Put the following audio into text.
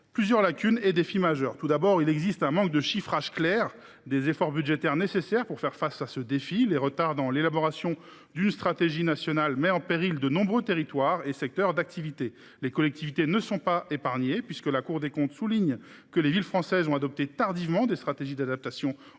plusieurs lacunes et défis majeurs. Tout d’abord, il y a un manque de chiffrage clair des efforts budgétaires nécessaires pour faire face à ce défi. Les retards dans l’élaboration d’une stratégie nationale mettent en péril de nombreux territoires et secteurs d’activité. Les collectivités ne sont pas épargnées, puisque la Cour des comptes souligne que les villes françaises ont adopté tardivement des stratégies d’adaptation au